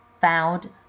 found